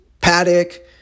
Paddock